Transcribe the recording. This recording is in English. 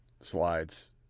slides